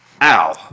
Ow